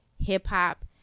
hip-hop